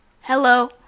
Hello